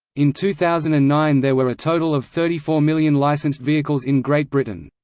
in two thousand and nine there were a total of thirty four million licensed vehicles in great britain.